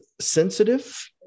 sensitive